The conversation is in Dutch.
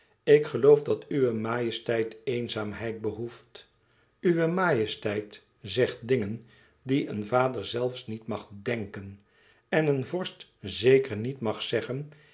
ik geloof dat uwe majesteit eenzaamheid behoeft uwe majesteit zegt dingen die een vader zelfs niet mag dènken en een vorst zeker niet mag zeggen